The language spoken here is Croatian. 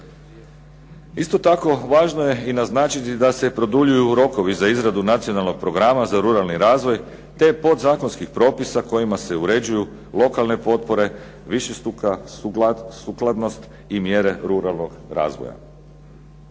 Isto tako važno je naznačiti da se produljuju rokovi za izradu nacionalnog programa za ruralni razvoj te podzakonskih propisa kojima se uređuju lokalne potpore višestruka sukladnost i mjere ruralnog razvoja.